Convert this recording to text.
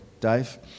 Dave